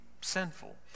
sinful